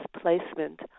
placement